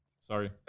Sorry